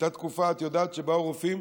הייתה תקופה, את יודעת, שבאו רופאים.